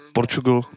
Portugal